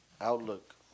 outlook